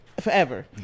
forever